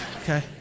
Okay